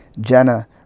Jenna